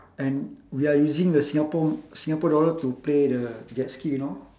and we are using the singapore singapore dollar to play the jet ski you know